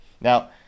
Now